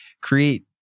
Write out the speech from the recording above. create